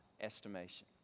estimation